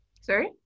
Sorry